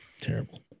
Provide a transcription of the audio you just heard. Terrible